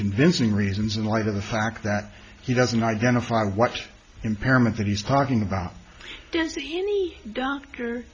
convincing reasons in light of the fact that he doesn't identify what impairment that he's talking about do